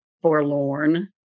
forlorn